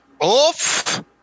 Off